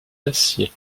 d’acier